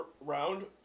round